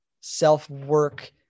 self-work